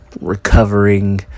recovering